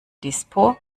dispo